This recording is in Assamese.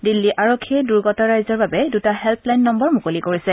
দিল্লী আৰক্ষীয়ে দুৰ্গত ৰাইজৰ বাবে দুটা হেল্ললাইন নম্বৰ মুকলি কৰা হৈছে